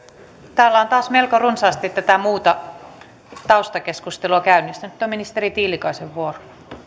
täällä on taas melko runsaasti tätä muuta taustakeskustelua käynnissä nyt on ministeri tiilikaisen vuoro